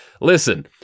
listen